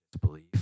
belief